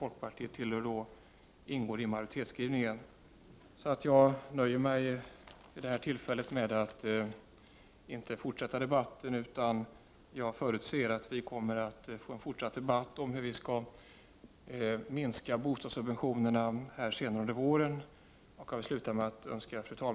Folkpartiet tillhör utskottsmajoriteten i detta fall. Jag nöjer mig, som sagt, med detta. Jag skall inte fortsätta debatten. Jag förutsätter att vi kommer att få en fortsatt debatt under våren om hur bostadssubventionerna kan minskas. Avslutningsvis önskar jag fru talmannen en god jul.